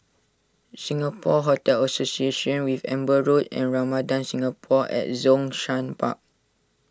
Singapore Hotel Association with Amber Road and Ramada Singapore at Zhongshan Park